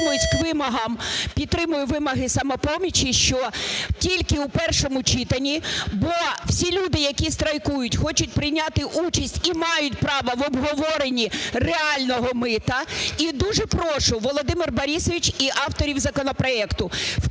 підтримую вимоги "Самопомочі", що тільки в першому читанні, бо всі люди, які страйкують, хочуть прийняти участь, і мають право, в обговоренні реального мита. І дуже прошу, Володимир Борисович, і авторів законопроекту,